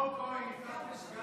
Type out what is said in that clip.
את חבר